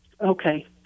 Okay